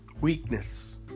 weakness